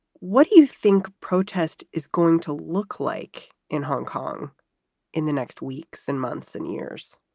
what do you think protest is going to look like in hong kong in the next weeks and months and years?